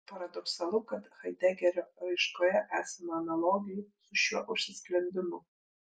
paradoksalu kad haidegerio raiškoje esama analogijų su šiuo užsisklendimu